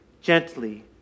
Gently